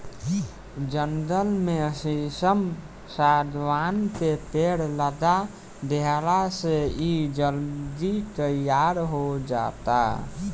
जंगल में शीशम, शागवान के पेड़ लगा देहला से इ जल्दी तईयार हो जाता